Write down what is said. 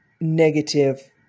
negative